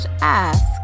ask